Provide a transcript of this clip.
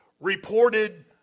reported